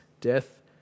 death